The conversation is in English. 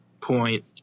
point